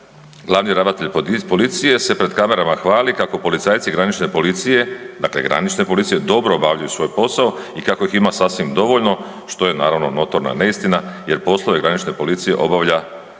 glavni ravnatelj policije se pred kamerama se hvali kako policajci granične policije, dakle granične policije, dobro obavljaju svoj posao i kako ih ima sasvim dovoljno, što je naravno notorna neistina jer poslove granične policije obavlja